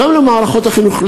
גם למערכות החינוך,